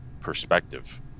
perspective